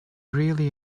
really